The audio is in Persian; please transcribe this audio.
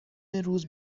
روز